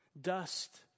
Dust